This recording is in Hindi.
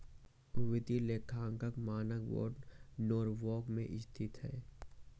वित्तीय लेखांकन मानक बोर्ड नॉरवॉक में स्थित है